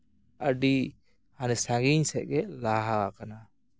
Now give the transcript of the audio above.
ᱟᱹᱰᱤ ᱥᱟᱺᱜᱤᱧ ᱥᱮᱫ ᱜᱮ ᱞᱟᱦᱟ ᱟᱠᱟᱱᱟ